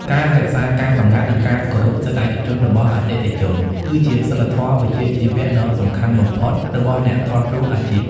ការរក្សាការសម្ងាត់ និងការគោរពសិទ្ធិឯកជនរបស់អតិថិជន គឺជាសីលធម៌វិជ្ជាជីវៈដ៏សំខាន់បំផុតរបស់អ្នកថតរូបអាជីព។